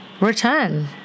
return